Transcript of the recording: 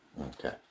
Okay